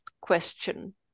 question